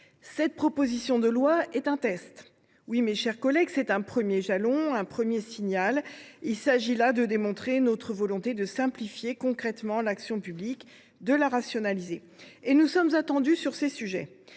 cette proposition de loi est un test. En effet, mes chers collègues, elle représente un premier jalon ou un premier signal. Il s’agit de démontrer notre volonté de simplifier concrètement l’action publique en la rationalisant – et nous sommes attendus ! Ce texte,